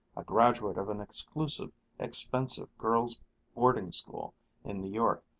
a graduate of an exclusive, expensive girls' boarding-school in new york,